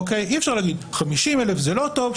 אי-אפשר להגיד: 50,000 זה לא טוב,